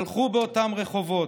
הלכו באותם רחובות.